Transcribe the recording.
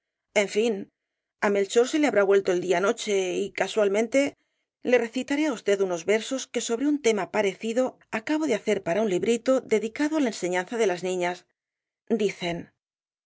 en fin á melchor se le habrá vuelto el día noche y casualtomo i v rosalía de castro mente le recitaré á usted unos versos que sobre un tema parecido acabo de hacer para un librito dedicado á la enseñanza de las niñas dicen la